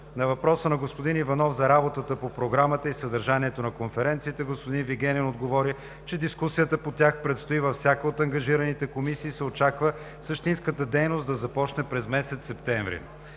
На въпроса на господин Иванов за работата по Програмата и съдържанието на конференциите, господин Вигенин отговори, че дискусията по тях предстои във всяка от ангажираните комисии и се очаква същинската дейност да започне през месец септември.